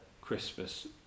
christmas